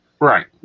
Right